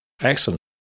Excellent